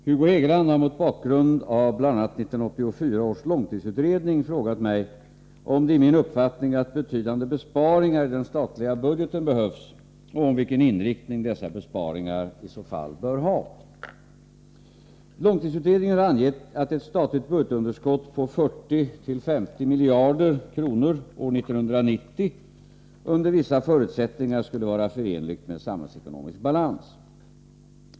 Herr talman! Hugo Hegeland har mot bakgrund av bl.a. 1984 års långtidsutredning frågat mig om det är min uppfattning att betydande besparingar i den statliga budgeten behövs och om vilken inriktning dessa besparingar i så fall bör ha. Långtidsutredningen har angett att ett statligt budgetunderskott på 40-50 miljarder kronor år 1990 under vissa förutsättningar skulle vara förenligt med samhällsekonomisk balans.